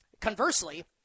Conversely